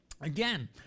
Again